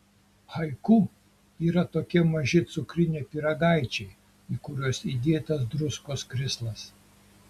haiku yra tokie maži cukriniai pyragaičiai į kuriuos įdėtas druskos krislas